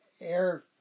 Air